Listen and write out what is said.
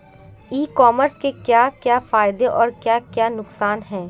ई commerce के क्या क्या फायदे और क्या क्या नुकसान है?